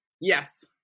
yes